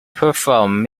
performed